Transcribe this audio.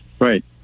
Right